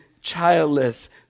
childless